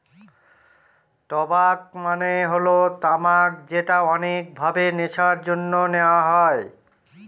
টবাক মানে হল তামাক যেটা অনেক ভাবে নেশার জন্যে নেওয়া হয়